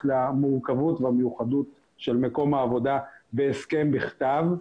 למורכבות ולמיוחדות של מקום העבודה בהסכם בכתב,